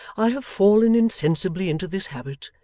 i have fallen insensibly into this habit,